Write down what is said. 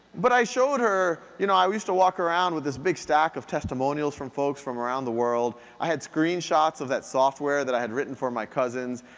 but i showed her, you know i used to walk around with this big stack of testimonials from folks from around the world. i had screen shots of that software that i had written for my cousins.